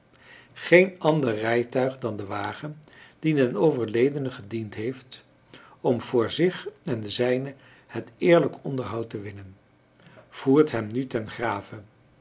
geen ander rijtuig dan de wagen die den overledene gediend heeft om voor zich en de zijnen het eerlijk onderhoud te winnen voert hem nu ten grave